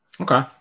Okay